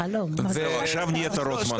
עכשיו נהיית רוטמן.